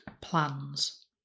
Plans